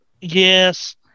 Yes